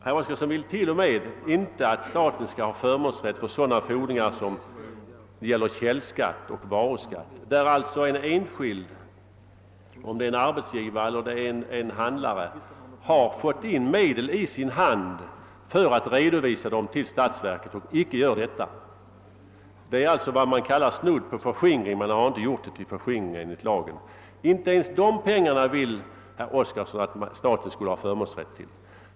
Han vill inte ens att staten skall ha förmånsrätt när det gäller sådana fordringar som källskatt och varuskatt, alltså då en enskild arbetsgivare eller handlare fått medel i sin hand för att redovisa till statsverket men underlåtit att göra detta. Det är ju snudd på förskingring; man har bara inte kallat det så. Men inte ens de pengarna vill herr Oskarson som sagt att staten skall ha förmånsrätt till. ..